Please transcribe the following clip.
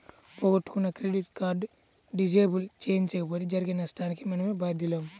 పోగొట్టుకున్న credit card disable చేయించకపోతే జరిగే నష్టానికి మనమే బాధ్యులం